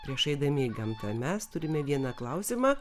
prieš eidami į gamtą mes turime vieną klausimą